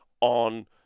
on